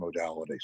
modalities